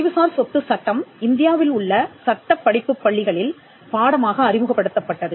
அறிவுசார் சொத்து சட்டம் இந்தியாவில் உள்ள சட்டப் படிப்புப் பள்ளிகளில் பாடமாக அறிமுகப்படுத்தப்பட்டது